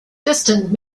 distance